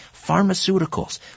pharmaceuticals